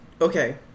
Okay